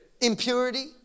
Impurity